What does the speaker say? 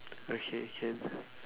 okay can